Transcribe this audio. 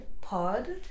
pod